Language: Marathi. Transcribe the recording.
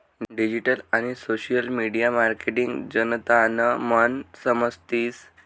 डिजीटल आणि सोशल मिडिया मार्केटिंग जनतानं मन समजतीस